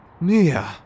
Mia